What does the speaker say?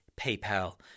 PayPal